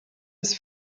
des